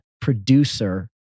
producer